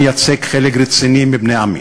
מייצג חלק רציני מבני עמי.